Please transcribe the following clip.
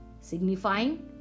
signifying